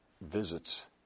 visits